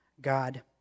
God